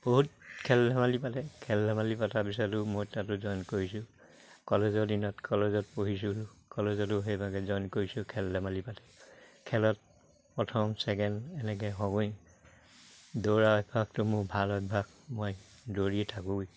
বহুত খেল ধেমালি পাতে খেল ধেমালি পতাৰ পিছতো মই তাতো জইন কৰিছোঁ কলেজৰ দিনত কলেজত পঢ়িছোঁ কলেজতো সেইভাগে জইন কৰিছোঁ খেল ধেমালি পাতে খেলত প্ৰথম ছেকেণ্ড এনেকে দৌৰা অভ্যাসটো মোৰ ভাল অভ্যাস মই দৌৰিয়ে থাকোঁ